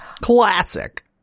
Classic